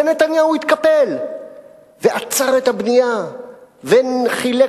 ונתניהו התקפל ועצר את הבנייה וחילק